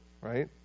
right